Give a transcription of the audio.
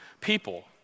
people